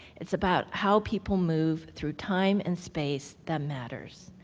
it's about how people move through time and space that matters.